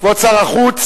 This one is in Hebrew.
כבוד שר החוץ.